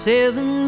Seven